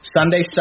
Sunday